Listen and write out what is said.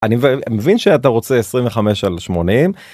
אני מבין שאתה רוצה 25 על 80.